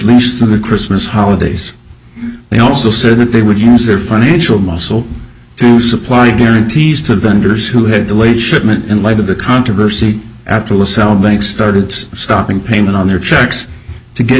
most of the christmas holidays they also said that they would use their financial muscle to supply guarantees to vendors who had to wait shipment in light of the controversy after the sell bank started stopping payment on their checks to get